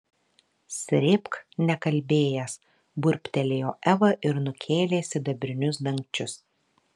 srėbk nekalbėjęs burbtelėjo eva ir nukėlė sidabrinius dangčius